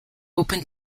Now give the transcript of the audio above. open